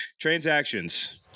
transactions